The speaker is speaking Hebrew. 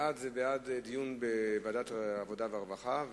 בעד זה בעד דיון בוועדת העבודה והרווחה,